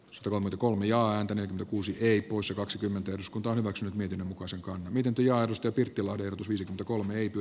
suomen kolmi ja antanee kuusi kei poissa kaksikymmentä eduskunta hyväksyi viiden osakkaan viikinkialusten piti tilanne tus viisi kolme ipi